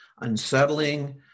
unsettling